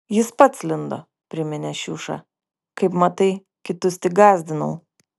jis pats lindo priminė šiuša kaip matai kitus tik gąsdinau